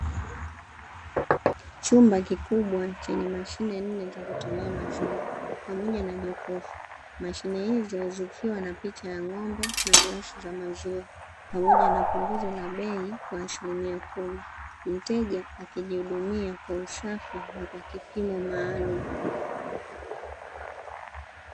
Chumba kikubwa chenye mashine nne za kutolea maziwa pamoja na jokofu, mashine hizo zikiwa na picha ya ng'ombe na glasi za maziwa pamoja na punguzo la bei kwa asilimia kumi; mteja akijihudumia kwa usafi na kwa kipimo maalumu.